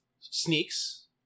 sneaks